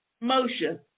Motion